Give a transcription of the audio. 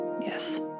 Yes